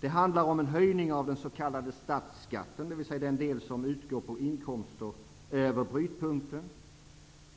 Det handlar om en höjning av den s.k. statsskatten, dvs. den del som utgår på inkomster över brytpunkten.